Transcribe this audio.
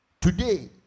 Today